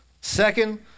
Second